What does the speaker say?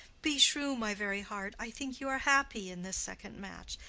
beshrew my very heart, i think you are happy in this second match,